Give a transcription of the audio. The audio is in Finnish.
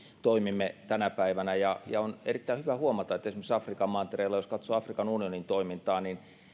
toimimme tänä päivänä on erittäin hyvä huomata että esimerkiksi afrikan mantereella jos katsoo afrikan unionin toimintaa